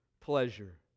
pleasure